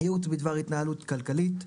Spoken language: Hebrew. ייעוץ בדבר התנהלות כלכלית,